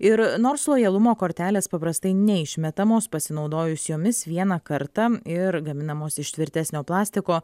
ir nors lojalumo kortelės paprastai neišmetamos pasinaudojus jomis vieną kartą ir gaminamos iš tvirtesnio plastiko